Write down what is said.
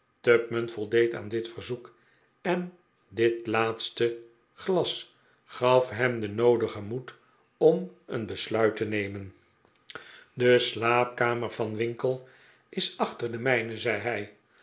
tupman voldeed aan dit verzoek en dit laatste glas gaf hem den noodigen moed om een besluit te nemen de pick wick club de slaapkamer van winkle is achter de mijne zei hij